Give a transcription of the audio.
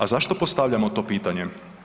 A zašto postavljamo to pitanje?